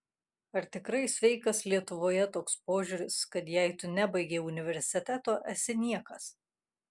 ar tikrai sveikas lietuvoje toks požiūris kad jei tu nebaigei universiteto esi niekas